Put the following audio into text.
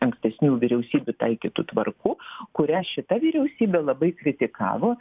ankstesnių vyriausybių taikytų tvarkų kurią šita vyriausybė labai kritikavo